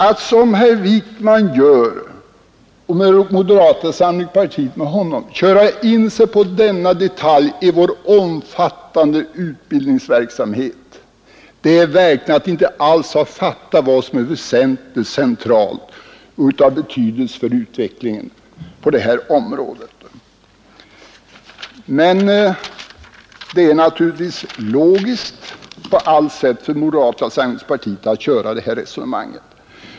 Att som herr Wijkman och moderata samlingspartiet med honom köra in sig på denna detalj i vår omfattande utbildningsverksamhet är verkligen att inte alls ha fattat vad som är centralt och av betydelse för utvecklingen på detta område. Men det är naturligtvis logiskt på allt sätt för moderata samlingspartiet att föra detta resonemang.